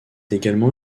également